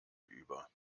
über